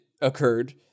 occurred